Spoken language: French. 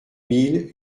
mille